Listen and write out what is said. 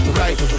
right